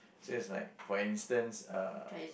so it's like for instance uh